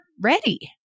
ready